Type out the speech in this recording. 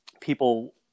people